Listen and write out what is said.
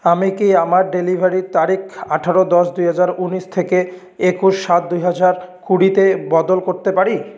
আমি কি আমার ডেলিভারির তারিখ আঠেরো দশ দুই হাজার উনিশ থেকে একুশ সাত দুই হাজার কুড়িতে বদল করতে পারি